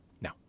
now